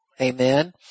Amen